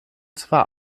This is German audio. zwar